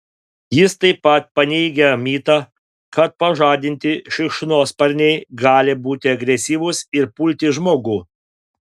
jis taip pat paneigia mitą kad pažadinti šikšnosparniai gali būti agresyvūs ir pulti žmogų